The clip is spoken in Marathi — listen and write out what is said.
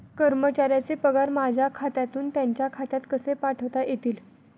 कर्मचाऱ्यांचे पगार माझ्या खात्यातून त्यांच्या खात्यात कसे पाठवता येतील?